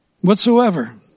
whatsoever